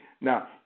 Now